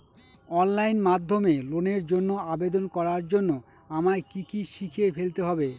Online মাধ্যমে লোনের জন্য আবেদন করার জন্য আমায় কি কি শিখে ফেলতে হবে?